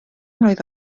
mlwydd